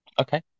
Okay